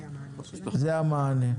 זה המענה.